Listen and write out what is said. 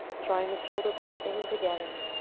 drawing the shoulder blades in and together.